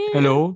Hello